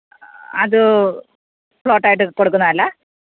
അത് പ്ലോട്ടായിട്ട് കൊടുക്കുന്നതല്ല